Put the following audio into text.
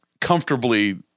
comfortably